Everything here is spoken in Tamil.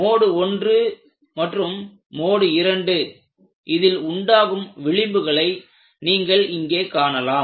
மோடு 1 மற்றும் மோடு 2 இதில் உண்டாகும் விளிம்புகளை நீங்கள் இங்கே காணலாம்